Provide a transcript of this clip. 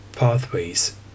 pathways